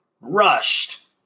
Rushed